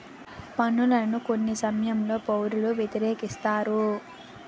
పన్నులను కొన్ని సమయాల్లో పౌరులు వ్యతిరేకిస్తారు